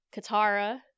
Katara